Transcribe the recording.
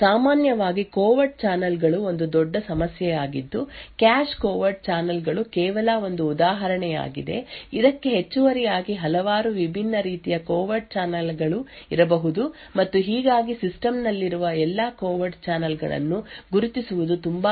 ಸಾಮಾನ್ಯವಾಗಿ covert channel ಗಳು ಒಂದು ದೊಡ್ಡ ಸಮಸ್ಯೆಯಾಗಿದ್ದು ಕ್ಯಾಶೆ ಕೋವೆರ್ಟ್ ಚಾನೆಲ್ ಗಳು ಕೇವಲ ಒಂದು ಉದಾಹರಣೆಯಾಗಿದೆ ಇದಕ್ಕೆ ಹೆಚ್ಚುವರಿಯಾಗಿ ಹಲವಾರು ವಿಭಿನ್ನ ರೀತಿಯ ಕೋವೆರ್ಟ್ ಚಾನಲ್ ಗಳು ಇರಬಹುದು ಮತ್ತು ಹೀಗಾಗಿ ಸಿಸ್ಟಮ್ ನಲ್ಲಿರುವ ಎಲ್ಲಾ ಕೋವೆರ್ಟ್ ಚಾನಲ್ ಗಳನ್ನು ಗುರುತಿಸುವುದು ತುಂಬಾ ಕಷ್ಟಕರವಾದ ಕೆಲಸವಾಗಿದೆ